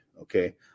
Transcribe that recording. Okay